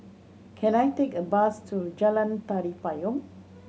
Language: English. can I take a bus to Jalan Tari Payong